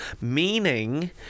Meaning